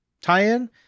tie-in